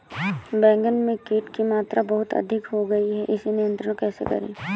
बैगन में कीट की मात्रा बहुत अधिक हो गई है इसे नियंत्रण कैसे करें?